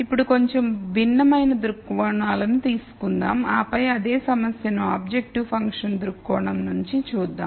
ఇప్పుడు కొంచెం భిన్నమైన దృక్కోణాలను తీసుకుందాం ఆపై అదే సమస్యను ఆబ్జెక్టివ్ ఫంక్షన్ దృక్కోణం నుండి చూద్దాం